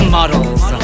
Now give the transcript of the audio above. models